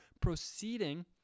proceeding